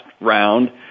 round